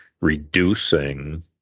reducing